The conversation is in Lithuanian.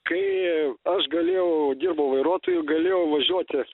kai aš galėjau dirbau vairuotoju galėjau važiuoti